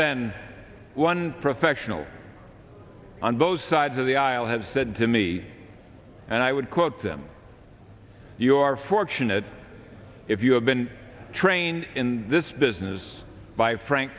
than one professional on both sides of the aisle has said to me and i would quote them you are fortunate if you have been trained in this business by frank